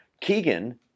Keegan